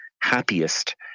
happiest